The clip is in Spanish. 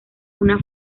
una